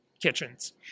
kitchens